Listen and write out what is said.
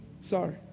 Sorry